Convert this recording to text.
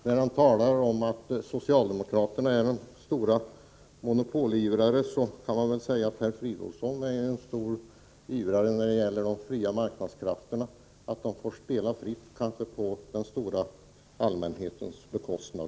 När han talar om att socialdemokraterna är de stora monopolivrarna kan man väl säga att herr Fridolfsson är en stor ivrare när det gäller de fria marknadskrafterna — att de skall få spela fritt på den stora allmänhetens bekostnad.